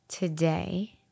Today